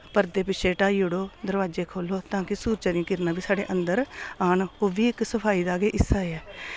पर्दे पिच्छे हटाई ओड़ो दरवाजे खोह्लो तां कि सुरजै दियां किरणां बी साढ़े अंदर आन ओह् बी इक सफाई दा गै हिस्सा ऐ